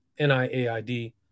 NIAID